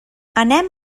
anem